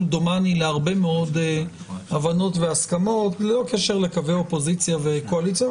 כמדומני להרבה מאוד הבנות והסכמות ללא קשר לקווי אופוזיציה וקואליציה,